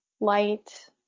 light